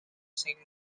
singh